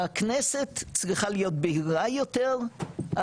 הכנסת צריכה להיות בהירה יותר,